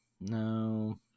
no